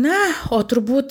na o turbūt